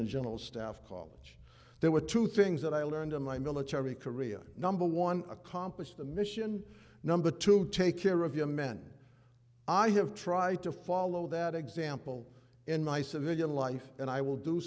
and general staff college there were two things that i learned in my military career number one accomplish the mission number two take care of your men i have tried to follow that example in my civilian life and i will do